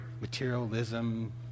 Materialism